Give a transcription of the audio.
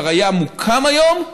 כבר היה מוקם היום,